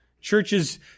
churches